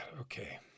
okay